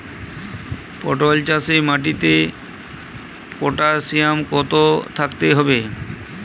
পটল চাষে মাটিতে পটাশিয়াম কত থাকতে হবে?